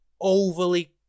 overly